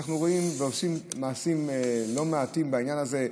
אנחנו עושים מעשים לא מעטים בעניין הזה.